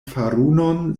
farunon